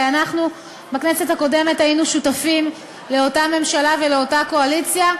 הרי אנחנו בכנסת הקודמת היינו שותפים לאותה ממשלה ולאותה קואליציה,